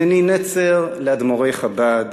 הנני נצר לאדמו"רי חב"ד